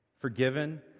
forgiven